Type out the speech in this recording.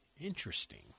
Interesting